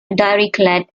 dirichlet